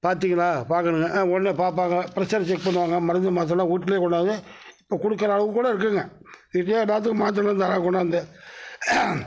பார்த்திங்களா பார்க்கணுங்க ஒடனே பார்ப்பாங்க ப்ரெஷர் செக் பண்ணுவாங்க மருந்து மாத்தரைலாம் வீட்லே கொண்டாந்து இப்போ கொடுக்கற அளவுக்கு கூட இருக்குங்க இப்படியே எல்லாத்துக்கும் மாத்தரை தராங்க கொண்டாந்து